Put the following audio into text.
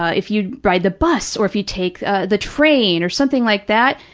ah if you ride the bus or if you take ah the train or something like that,